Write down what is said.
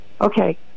Okay